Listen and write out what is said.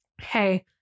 Hey